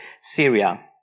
Syria